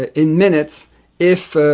ah in minutes if,